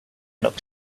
looked